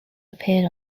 appeared